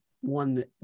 one